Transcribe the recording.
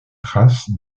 trace